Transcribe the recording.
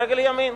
ברגל ימין,